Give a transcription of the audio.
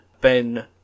Ben